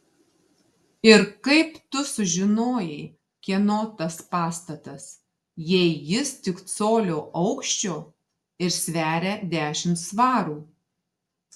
ir kaip tu sužinojai kieno tas pastatas jei jis tik colio aukščio ir sveria dešimt svarų